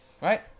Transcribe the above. right